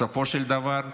בסופו של דבר,